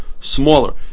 smaller